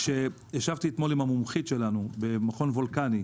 ישבתי אתמול עם המומחית שלנו לנושא שום במכון וולקני,